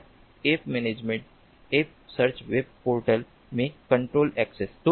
और app management app search web portal में control access